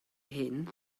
hŷn